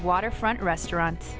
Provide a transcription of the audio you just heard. waterfront restaurant